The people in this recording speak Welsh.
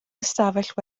ystafell